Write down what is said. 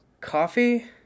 Coffee